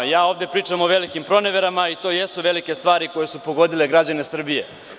Ja ovde pričam o velikim proneverama i to jesu velike stvari koje su pogodile građane Srbije.